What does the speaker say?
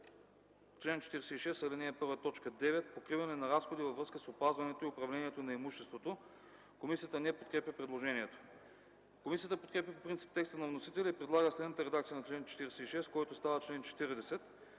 съдържание: „9. покриване на разходи във връзка с опазването и управлението на имуществото.” Комисията не подкрепя предложението. Комисията подкрепя по принцип текста на вносителя и предлага следната редакция на чл. 46, който става чл. 40: